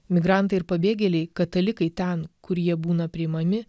migrantai ir pabėgėliai katalikai ten kur jie būna priimami